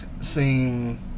seem